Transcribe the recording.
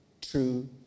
true